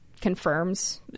confirms